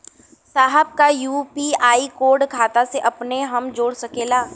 साहब का UPI code खाता से अपने हम जोड़ सकेला?